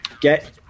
Get